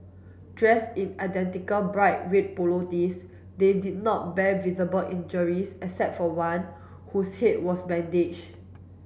dressed in identical bright red polo tees they did not bear visible injuries except for one whose head was bandaged